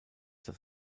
das